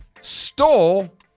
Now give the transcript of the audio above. stole